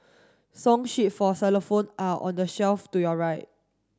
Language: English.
song sheets for xylophone are on the shelf to your right